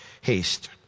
haste